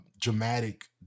dramatic